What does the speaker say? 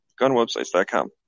gunwebsites.com